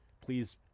please